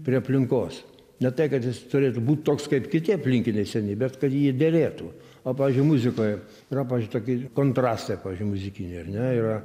prie aplinkos ne tai kad jis turėtų būt toks kaip kiti aplinkiniai seni bet kad jį derėtų o pavyzdžiui muzikoje yra pavyzdžiui toki kontrastai pavyzdžiui muzikiniai ar ne yra